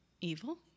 evil